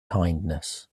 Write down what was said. kindness